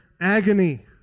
agony